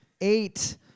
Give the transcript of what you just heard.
eight